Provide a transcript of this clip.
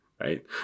Right